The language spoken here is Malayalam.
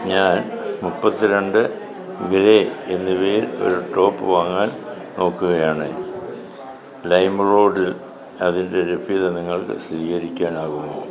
ഞാൻ മുപ്പത്തി രണ്ട് ഗ്രേ എന്നിവയിൽ ഒരു ടോപ്പ് വാങ്ങാൻ നോക്കുകയാണ് ലൈമ്റോഡിൽ അതിൻ്റെ ലഭ്യത നിങ്ങൾക്ക് സ്വികരിക്കാനാകുമോ